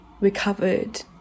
recovered